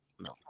no